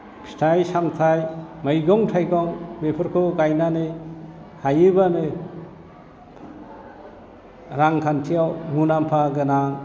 फिथाइ सामथाइ मैगं थाइगं बेफोरखौ गायनानै हायोबानो रांखान्थियाव मुलाम्फा गोनां